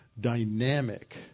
dynamic